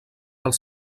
els